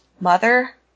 mother